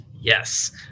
yes